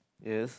yes